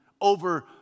over